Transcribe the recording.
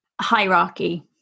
hierarchy